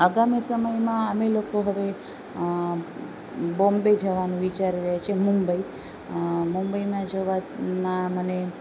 આગામી સમયમાં અમે લોકો હવે બોમ્બે જવાનું વિચારી રહ્યાં છીએ મુંબઈ મુંબઈમાં જવાના મને